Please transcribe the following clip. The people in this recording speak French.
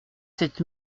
sept